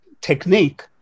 technique